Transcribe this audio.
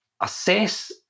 Assess